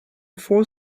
for